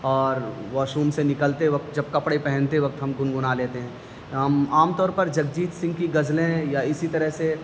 اور washroom سے نکلتے وقت جب کپڑے پہنتے وقت ہم گنگنا لیتے ہیں ہم عام طور پر جگجیت سنگھ کی غزلیں یا اسی طرح سے